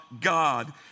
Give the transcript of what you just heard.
God